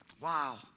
Wow